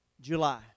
July